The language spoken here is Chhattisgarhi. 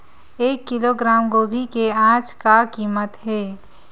एक किलोग्राम गोभी के आज का कीमत हे?